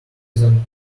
than